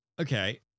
okay